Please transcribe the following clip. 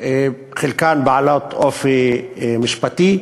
חלקן בעלות אופי משפטי,